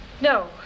No